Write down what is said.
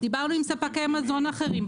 דיברנו עם ספקי מזון אחרים,